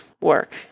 work